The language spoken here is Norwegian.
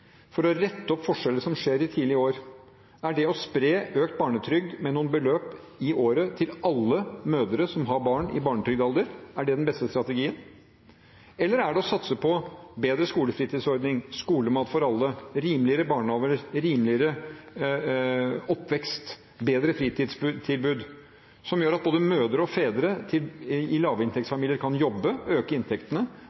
for å rette opp forskjeller som skjer i tidlige år, å spre økt barnetrygd med noen beløp i året til alle mødre som har barn i barnetrygdalder? Er det den beste strategien? Eller er det å satse på bedre skolefritidsordning, skolemat for alle, rimeligere barnehager, rimeligere oppvekst og bedre fritidstilbud, som gjør at både mødre og fedre i